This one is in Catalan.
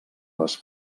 les